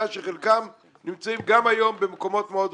שחלקם נמצאים גם היום במקומות מאוד רגישים.